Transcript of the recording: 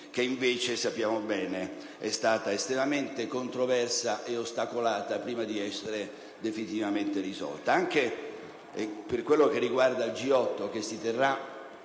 che invece - come noto - è stata estremamente controversa ed ostacolata prima di essere definitivamente risolta. Per quanto riguarda il G8 che si terrà